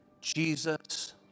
Jesus